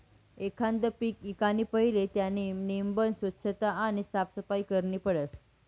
एखांद पीक ईकाना पहिले त्यानी नेमबन सोच्छता आणि साफसफाई करनी पडस